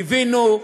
קיווינו,